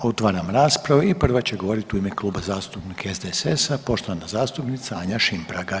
Otvaram raspravu i prva će govorit u ime Kluba zastupnika SDSS-a poštovana zastupnica Anja Šimpraga.